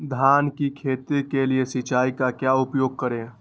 धान की खेती के लिए सिंचाई का क्या उपयोग करें?